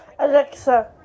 Alexa